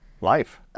Life